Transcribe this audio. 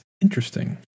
interesting